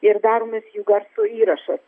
ir daromas jų garso įrašas